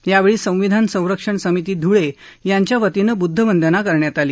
यावेळी संविधान संरक्षण समिती धुळे यांच्या वतीनं बुद्ध वंदना करण्यात आली